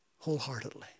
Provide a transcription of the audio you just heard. wholeheartedly